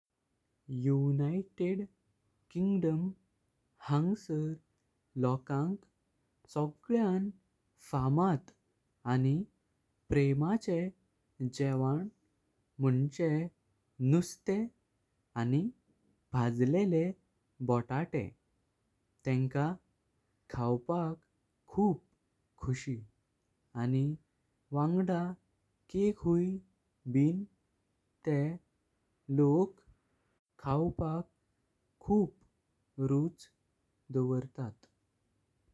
United Kingdom हंगसार लोकांक सगल्यां फामात। आनी प्रेमाचे जेवण मुंझे नुस्तें आनी भाजलेले बटाटे तेंका खावपाक खूप खुशी। आनी वांगळा केक हुंई बिन तें लोक खावपाक रुच दोवर्तात।